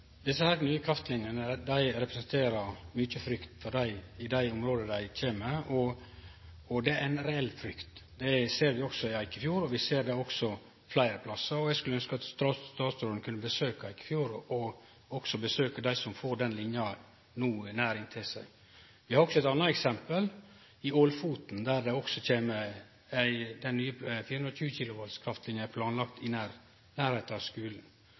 nye kraftlinjene representerer mykje frykt i dei områda dei kjem, og det er ei reell frykt. Det ser vi òg i Eikefjord, og vi ser det fleire plassar. Eg skulle ynskje at statsråden kunne besøkje Eikefjord og også besøkje dei som no får den linja nært inntil seg. Eg har òg eit anna eksempel. I Ålfoten er den nye 420 kW-linja planlagd i nærleiken av skulen. Felles for begge desse prosjekta er